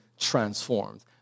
transformed